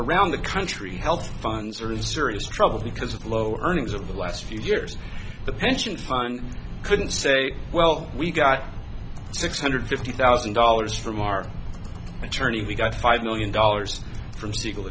around the country health funds are in serious trouble because of lower earnings of the last few years the pension fund couldn't say well we got six hundred fifty thousand dollars from our attorney we got five no in dollars from segal